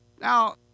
Now